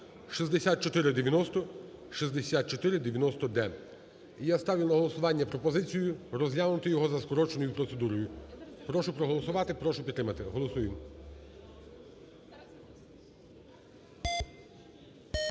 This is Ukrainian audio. (6490, 6490-д). І я ставлю на голосування пропозицію розглянути його за скороченою процедурою. Прошу проголосувати. Прошу підтримати. Голосуємо.